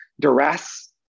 duress